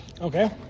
Okay